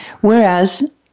whereas